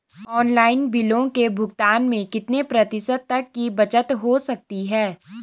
Online बिलों के भुगतान में कितने प्रतिशत तक की बचत हो सकती है?